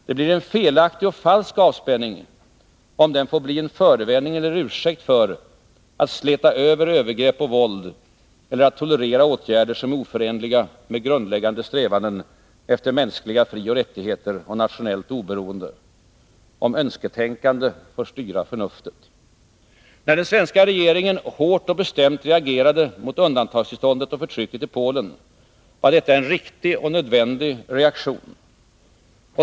Det blir en felaktig och falsk avspänning, om den får bli en förevändning eller ursäkt för att släta över övergrepp och våld eller att tolerera åtgärder som är oförenliga med grundläggande strävanden efter mänskliga frioch rättigheter och nationellt oberoende, om önsketänkande får styra förnuftet. När den svenska regeringen hårt och bestämt reagerade mot undantagstillståndet och förtrycket i Polen, var detta en riktig och nödvändig reaktion.